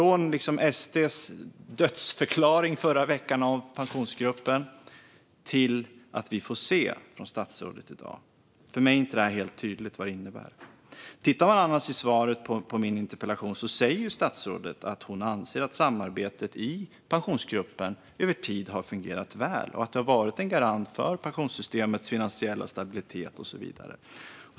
Det går alltså från SD:s dödförklaring av Pensionsgruppen förra veckan till statsrådets svar i dag: Vi får se. För mig är det inte helt tydligt vad det här innebär. I svaret på min interpellation säger statsrådet annars att hon anser att samarbetet i Pensionsgruppen har fungerat väl över tid, att det har varit en garant för pensionssystemets finansiella stabilitet och så vidare.